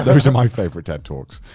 those are my favorite ted talks.